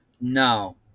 No